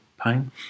pain